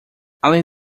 além